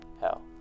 Hell